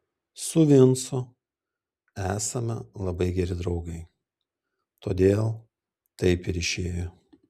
su vincu esame labai geri draugai todėl taip ir išėjo